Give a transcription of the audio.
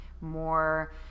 more